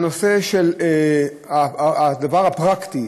והדבר פרקטי,